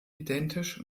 identisch